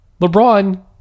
LeBron